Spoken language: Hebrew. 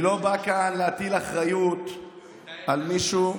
אני לא בא כאן להטיל אחריות על מישהו.